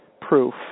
Proof